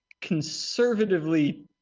Conservatively